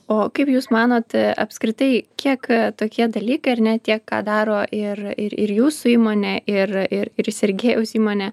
o kaip jūs manote apskritai kiek tokie dalykai ar ne tiek ką daro ir ir ir jūsų įmonę ir ir ir sergėjaus įmonė